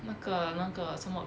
那个那个什么